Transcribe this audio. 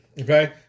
Okay